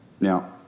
Now